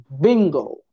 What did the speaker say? Bingo